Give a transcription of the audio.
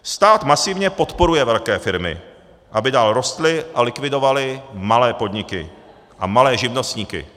Stát masivně podporuje velké firmy, aby dál rostly a likvidovaly malé podniky a malé živnostníky.